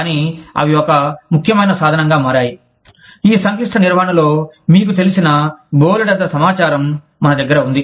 కానీ అవి ఒక ముఖ్యమైన సాధనంగా మారాయి ఈ సంక్లిష్ట నిర్వహణలో మీకు తెలిసిన బోలెడంత సమాచారం మన దగ్గర ఉంది